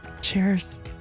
Cheers